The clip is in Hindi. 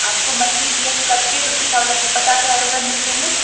आपको मंथली पी एफ कट के फिफ्टी थाउज़ेंड पचास हज़ार रुपये मिलते हैं